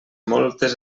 moltes